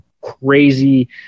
crazy